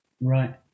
Right